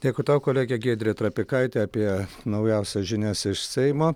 dėkui tau kolegė giedrė trapikaitė apie naujausias žinias iš seimo